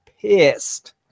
pissed